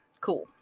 Cool